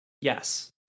Yes